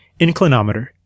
Inclinometer